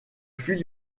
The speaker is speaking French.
fut